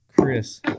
Chris